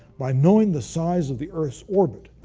by knowing the size of the earth's orbit,